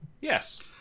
yes